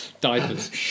diapers